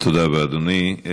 תודה רבה, אדוני.